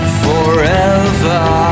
forever